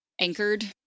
anchored